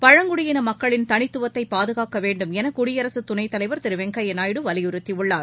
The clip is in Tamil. பழங்குடியின மக்களின் தனித்துவத்தை பாதுகாக்க வேண்டும் என சூடியரசு துணைத் தலைவர் திரு வெங்கய்ய நாயுடு வலியுறுத்தியுள்ளார்